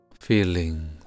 feeling